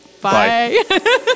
Bye